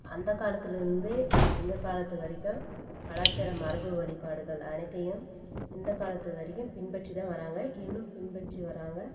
அந்தக் காலத்துலேருந்து இந்தக் காலத்து வரைக்கும் கலாச்சார மரபு வழிபாடுகள் அனைத்தையும் இந்தக் காலத்து வரையும் பின்பற்றி தான் வராங்க இன்னும் பின்பற்றி வராங்க